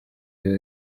ziba